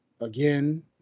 again